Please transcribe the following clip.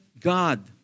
God